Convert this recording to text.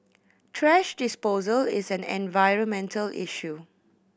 thrash disposal is an environmental issue